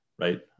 Right